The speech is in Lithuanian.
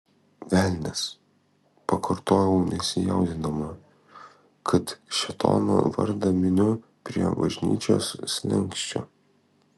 velnias pakartojau nesijaudindama kad šėtono vardą miniu prie bažnyčios slenksčio